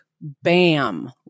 bam